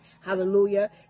Hallelujah